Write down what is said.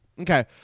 Okay